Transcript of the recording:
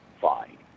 fine